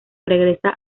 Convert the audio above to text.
regresa